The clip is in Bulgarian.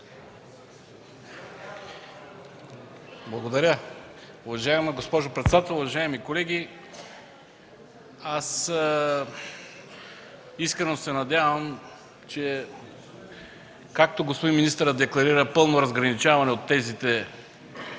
Благодаря, уважаема госпожо председател. Уважаеми колеги, искрено се надявам, че както господин министърът декларира пълно разграничаване от тезите на „Атака”,